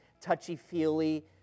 touchy-feely